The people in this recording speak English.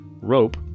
rope